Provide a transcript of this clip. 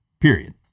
period